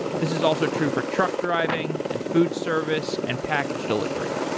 this is also true for truck driving and food service and package delivery.